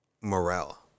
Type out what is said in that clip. morale